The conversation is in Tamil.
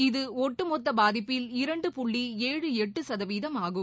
இது ஒட்டுமொத்த பாதிப்பில் இரண்டு புள்ளி ஏழு எட்டு சதவீதம் ஆகும்